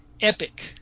epic